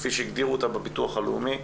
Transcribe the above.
כפי שהגדירו אותה בביטוח הלאומי,